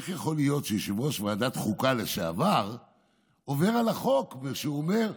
איך יכול להיות שיושב-ראש ועדת חוקה לשעבר עובר על החוק כשהוא אומר,